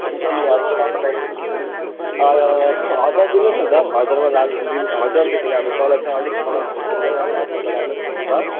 हुन्छ लु अब तपाईँलाई हजार दिनुहोस् न त हजारमा लानु हजारदेखि अब अलिक तल चाहिँ अलिक मलाई पनि पोसाउँदैन हो हजारमा लानुहोस् न त ल